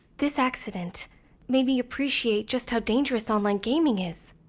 this accident made me appreciate just how dangerous online gaming is.